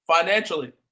financially